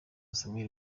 samuel